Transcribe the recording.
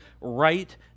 right